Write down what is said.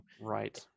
Right